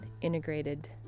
integrated